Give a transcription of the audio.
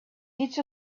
each